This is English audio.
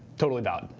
total valid.